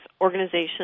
organizations